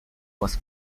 was